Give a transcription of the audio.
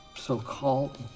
so-called